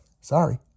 Sorry